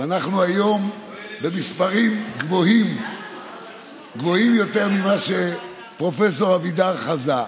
ואנחנו היום במספרים גבוהים יותר ממה שפרופ' אבידר חזה.